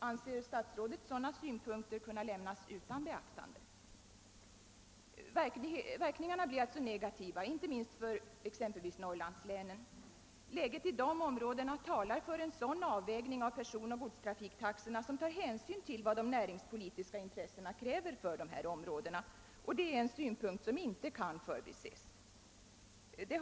Anser statsrådet att sådana synpunkter kan lämnas utan beaktande? Verkningarna blir alltså negativa, inte minst för Norrlandslänen. Läget i dessa områden talar för en avvägning av personoch godstrafiktaxorna som tar hänsyn till vad de näringspolitiska intressena där kräver. Det är också en synpunkt som inte kan förbises.